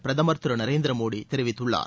பிரதமர் திரு நரேந்திர மோடி தெரிவித்துள்ளார்